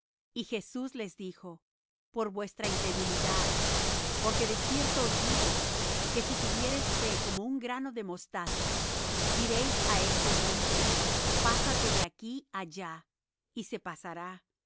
y jesús les dijo por vuestra incredulidad porque de cierto os digo que si tuviereis fe como un grano de mostaza diréis á este monte pásate de aquí allá y se pasará